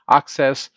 access